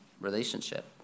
relationship